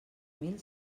mil